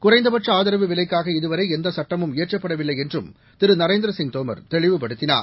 குறைந்தபட்ச ஆதரவு விலைக்காக இதுவரை எந்த சட்டமும் இயற்றப்படவில்லை என்றும் திரு நரேந்திரசிங் தோமர் தெளிவுபடுத்தினார்